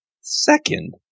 Second